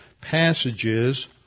passages